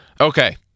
Okay